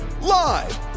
Live